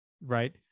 right